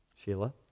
Sheila